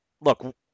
look